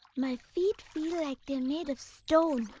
my feet feel like they are made of stone.